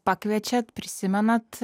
pakviečiat prisimenat